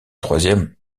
troisième